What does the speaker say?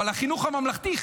אבל לחינוך הממלכתי,